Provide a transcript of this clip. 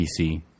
PC